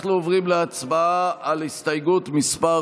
אנחנו עוברים להצבעה על הסתייגות מס'